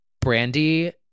Brandy